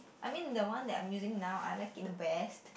I mean the one that I'm using now I like it the best